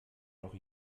noch